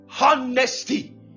Honesty